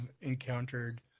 encountered